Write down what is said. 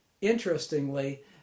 Interestingly